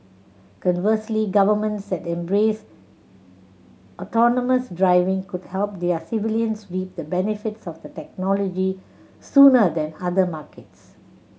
conversely governments that embrace autonomous driving could help their civilians reap the benefits of the technology sooner than other markets